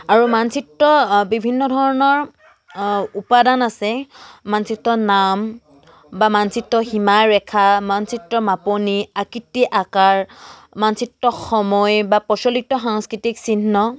আৰু মানচিত্ৰ বিভিন্ন ধৰণৰ উপাদান আছে মানচিত্ৰ নাম বা মানচিত্ৰ সীমাৰেখা মানচিত্ৰ মাপনি আকৃতি আকাৰ মানচিত্ৰ সময় বা প্ৰচলিত সাংস্কৃতিক চিহ্ন